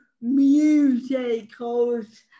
musicals